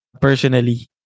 personally